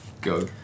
go